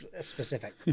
specific